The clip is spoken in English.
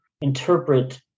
interpret